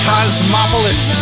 Cosmopolis